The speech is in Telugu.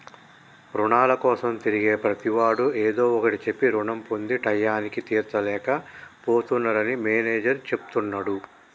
రుణాల కోసం తిరిగే ప్రతివాడు ఏదో ఒకటి చెప్పి రుణం పొంది టైయ్యానికి తీర్చలేక పోతున్నరని మేనేజర్ చెప్తున్నడు